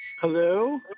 Hello